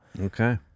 okay